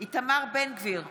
איתמר בן גביר,